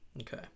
okay